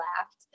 laughed